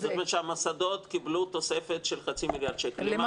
זאת אומרת שהמוסדות קיבלו תוספת של חצי מיליארד השקל.